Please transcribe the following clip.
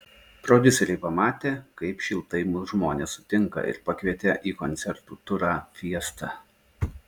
prodiuseriai pamatė kaip šiltai mus žmonės sutinka ir pakvietė į koncertų turą fiesta